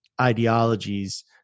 ideologies